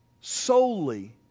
solely